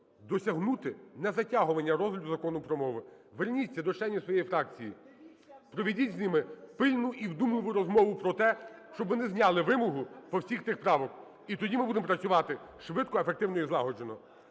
досягнути незатягування розгляду Закону про мови. Верніться до членів своєї фракції, проведіть з ними пильну і вдумливу розмову про те, щоб вони зняли вимогу по всіх тих правках - і тоді ми будемо працювати швидко, ефективно і злагоджено.